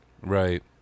right